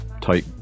tight